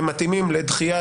הם מתאימים לדחייה,